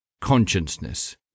consciousness